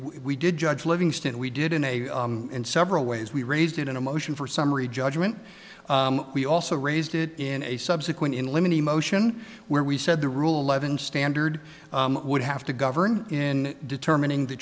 we did judge livingston we did in a in several ways we raised it in a motion for summary judgment we also raised it in a subsequent in limit emotion where we said the rule eleven standard would have to govern in determining the